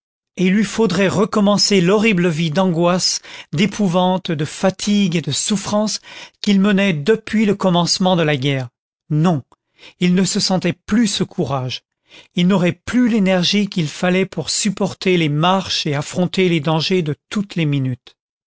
il lui faudrait recommencer l'horrible vie d'angoisses d'épouvantes de fatigues et de souffrances qu'il menait depuis le commencement de la guerre non il ne se sentait plus ce courage il n'aurait plus l'énergie qu'il fallait pour supporter les marches et affronter les dangers de toutes les minutes